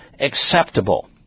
acceptable